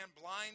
blind